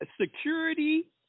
Security